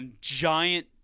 giant